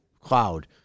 cloud